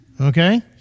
Okay